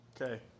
Okay